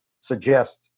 suggest